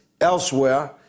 elsewhere